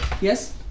Yes